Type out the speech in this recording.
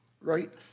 right